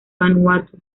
vanuatu